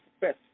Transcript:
best